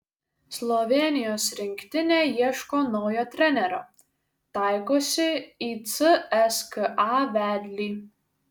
slovėnijos rinktinė ieško naujo trenerio taikosi į cska vedlį